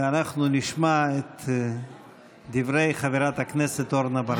ואנחנו נשמע את דברי חברת הכנסת אורנה ברביבאי.